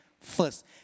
first